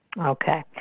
Okay